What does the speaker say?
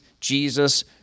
Jesus